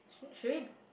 should should it